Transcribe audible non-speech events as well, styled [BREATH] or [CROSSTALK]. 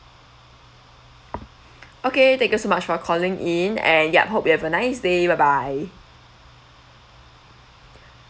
[BREATH] okay thank you so much for calling in and yup hope you have a nice day bye bye [BREATH]